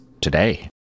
today